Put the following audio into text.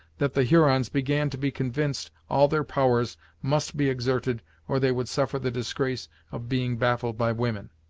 that the hurons began to be convinced all their powers must be exerted or they would suffer the disgrace of being baffled by women.